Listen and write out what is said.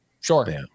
Sure